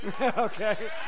Okay